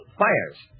fires